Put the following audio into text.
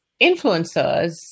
influencers